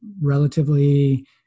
relatively